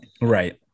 Right